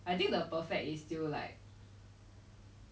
ya imagine how many get covered up before like this